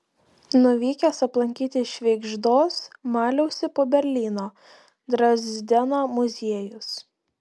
nuvykęs aplankyti švėgždos maliausi po berlyno drezdeno muziejus